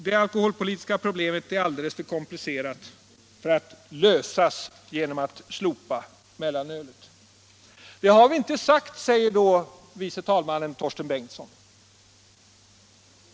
Det alkoholpolitiska problemet är alldeles för komplicerat för att kunna lösas genom att mellanölet slopas. Det har vi inte sagt, säger herr förste vice talmannen Torsten Bengtson.